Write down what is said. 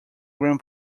gram